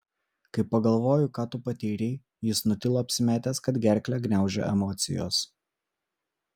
kai pagalvoju ką tu patyrei jis nutilo apsimetęs kad gerklę gniaužia emocijos